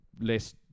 less